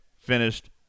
finished